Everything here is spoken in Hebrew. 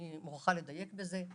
אני מוכרחה לדייק בזה.